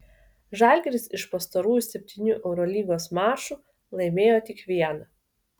žalgiris iš pastarųjų septynių eurolygos mačų laimėjo tik vieną